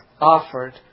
offered